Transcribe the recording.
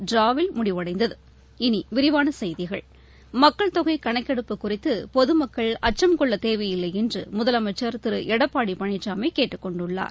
டிராவில் முடிவடைந்தது இனி விரிவான செய்திகள் மக்கள் தொகை கணக்கெடுப்புக் குறித்து பொதுமக்கள் அச்சம் கொள்ளத் தேவையில்லை என்று முதலமைச்சர் திரு எடப்பாடி பழனிசாமி கேட்டுக் கொண்டுள்ளார்